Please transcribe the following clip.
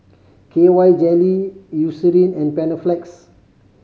K Y Jelly Eucerin and Panaflex